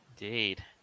Indeed